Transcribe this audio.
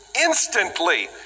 instantly